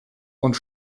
und